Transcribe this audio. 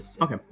Okay